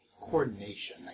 coordination